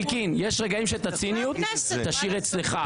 אלקין, יש רגעים שאת הציניות תשאיר אצלך.